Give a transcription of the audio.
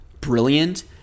brilliant